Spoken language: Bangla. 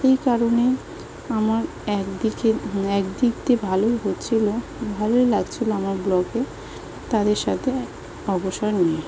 এই কারণে আমার এক দিকের এক দিক দিয়ে ভালোই হচ্ছিল ভালোই লাগছিল আমার ব্লগে তাদের সাথে অবসর নিয়ে